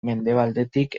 mendebaldetik